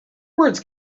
words